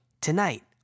Tonight